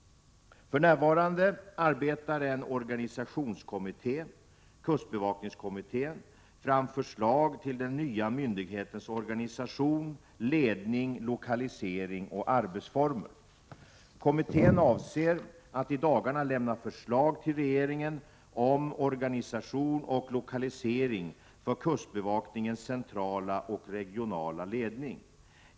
För närvarande arbetar en organisationskommitté, kustbevakningskommittén, fram förslag till den nya myndighetens organisation, ledning, lokalisering och arbetsformer. Kommittén avser att i dagarna lämna förslag till regeringen om organisation och lokalisering för kustbevakningens centrala och regionala ledning.